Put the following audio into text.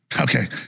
okay